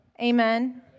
Amen